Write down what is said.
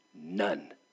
none